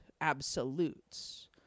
absolutes